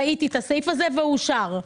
ראיתי את הסעיף הזה והוא אושר.